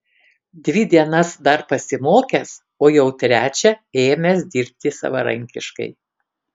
dvi dienas dar pasimokęs o jau trečią ėmęs dirbti savarankiškai